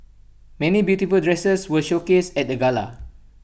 many beautiful dresses were showcased at the gala